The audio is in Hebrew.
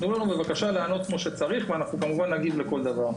תנו לנו בבקשה לענות כמו שצריך ואנחנו נגיב לכל דבר.